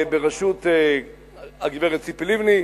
בראשות הגברת ציפי לבני,